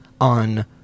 on